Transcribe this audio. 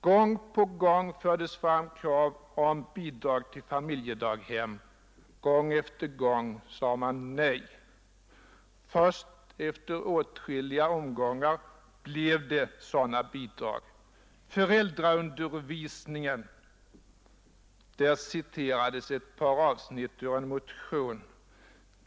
Gång på gång har vi fört fram krav på bidrag till familjedaghem, och gång på gång har man sagt nej. Först efter åtskilliga omgångar blev det sådana bidrag. Det tredje exemplet gäller kravet på föräldraundervisning, och där citerade fru Dahl ett par avsnitt ur en motion.